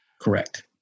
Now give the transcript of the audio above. Correct